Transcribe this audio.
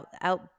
out